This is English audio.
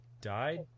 died